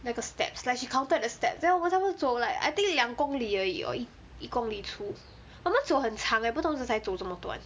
那个 steps like she counted the step then 我们差不多走 like I think 两公里而已 or 一一公里处我们走很长 eh 不懂是在走这么短